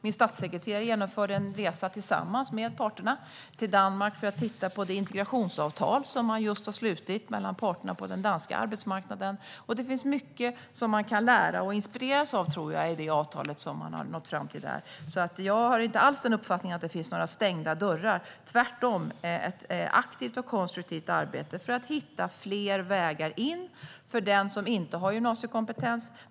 Min statssekreterare genomförde en resa tillsammans med parterna till Danmark för att titta på det integrationsavtal som just har slutits mellan parterna på den danska arbetsmarknaden. Det finns mycket som man kan lära av och inspireras av, tror jag, i det avtal som de har nått fram till där. Jag har inte alls uppfattningen att det finns några stängda dörrar. Det är tvärtom ett aktivt och konstruktivt arbete för att hitta fler vägar in för den som inte har gymnasiekompetens.